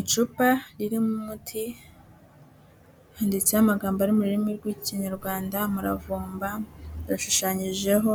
Icupa ririmo umuti, handitseho amagambo ari mu rurimi rw'Ikinyarwanda umuravumba, hashushanyijeho